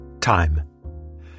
TIME